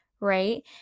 right